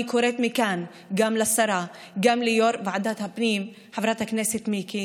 אני קוראת מכאן גם לשרה וגם ליו"ר ועדת הפנים חברת הכנסת מיקי